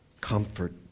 Comfort